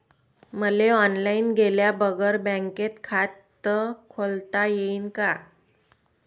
मले ऑनलाईन गेल्या बगर बँकेत खात खोलता येईन का?